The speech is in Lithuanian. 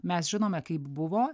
mes žinome kaip buvo